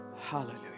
Hallelujah